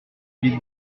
bill